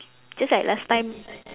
just like last time